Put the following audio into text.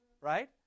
right